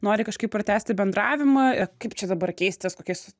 nori kažkaip pratęsti bendravimą kaip čia dabar keistis kokiais